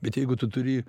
bet jeigu tu turi